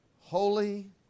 Holy